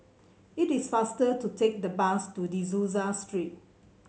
it is faster to take the bus to De Souza Street